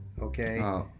Okay